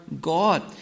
God